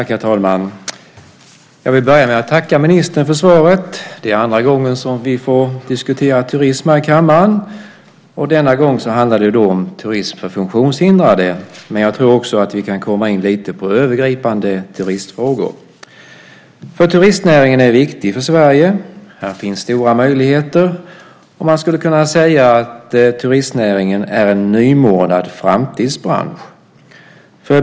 Herr talman! Jag vill börja med att tacka ministern för svaret. Det är andra gången som vi får diskutera turism här i kammaren. Denna gång handlar det om turism för funktionshindrade. Jag tror också att vi kan komma in något på övergripande turismfrågor. Turistnäringen är viktig för Sverige. Här finns stora möjligheter. Man skulle kunna säga att turistnäringen är en nymornad framtidsbransch.